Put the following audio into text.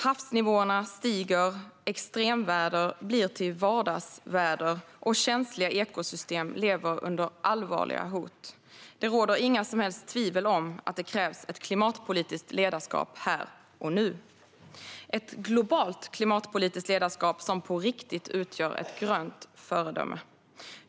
Havsnivåerna stiger, extremväder blir till vardagsväder och känsliga ekosystem lever under allvarliga hot. Det råder inga som helst tvivel om att det krävs ett klimatpolitiskt ledarskap här och nu. Det krävs ett globalt klimatpolitiskt ledarskap som på riktigt utgör ett grönt föredöme.